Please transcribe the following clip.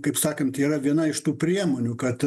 kaip sakant yra viena iš tų priemonių kad